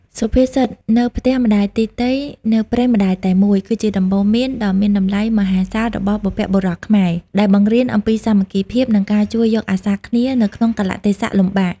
សុភាសិត «នៅផ្ទះម្ដាយទីទៃ នៅព្រៃម្ដាយតែមួយ» គឺជាដំបូន្មានដ៏មានតម្លៃមហាសាលរបស់បុព្វបុរសខ្មែរ ដែលបង្រៀនអំពីសាមគ្គីភាព និងការជួយយកអាសាគ្នានៅក្នុងកាលៈទេសៈលំបាក។